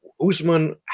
Usman